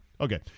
Okay